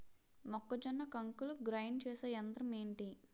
మొక్కజొన్న కంకులు గ్రైండ్ చేసే యంత్రం ఏంటి?